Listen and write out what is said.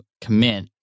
commit